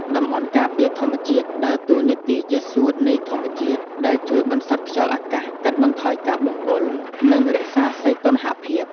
តំបន់ការពារធម្មជាតិដើរតួនាទីជា "សួត" នៃធម្មជាតិ ដែលជួយបន្សុទ្ធខ្យល់អាកាស កាត់បន្ថយការបំពុល និងរក្សាសីតុណ្ហភាព។